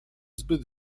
zbyt